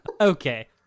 Okay